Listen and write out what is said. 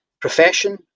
profession